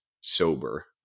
sober